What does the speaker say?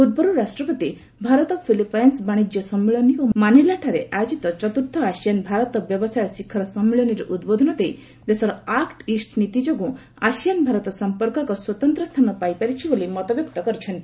ପୂର୍ବରୁ ରାଷ୍ଟ୍ରପତି ଭାରତ ଫିଲିପାଇନ୍ସ ବାଶିଜ୍ୟ ସମ୍ମିଳନୀ ଓ ମାନିଲାଠାରେ ଆୟୋକିତ ଚତୁର୍ଥ ଆସିଆନ୍ ଭାରତ ବ୍ୟବସାୟ ଶିଖର ସମ୍ମିଳନୀରେ ଉଦ୍ବୋଧନ ଦେଇ ଦେଶର ଆକୁ ଇଷ୍ଟ ନୀତି ଯୋଗୁଁ ଆସିଆନ ଭାରତ ସଂପର୍କ ଏକ ସ୍ୱତନ୍ତ୍ର ସ୍ଥାନ ପାଇପାରିଛି ବୋଲି ମତ ଦେଇଛନ୍ତି